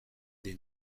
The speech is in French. des